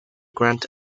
grant